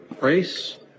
race